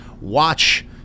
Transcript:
Watch